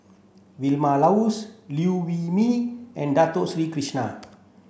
Vilma Laus Liew Wee Mee and Dato Sri Krishna